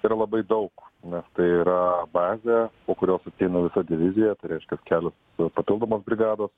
yra labai daug nes tai yra bazė po kurios ateina visa divizija tai reiškias kelios papildomos brigados